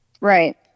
Right